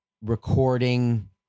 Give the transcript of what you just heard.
recording